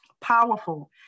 powerful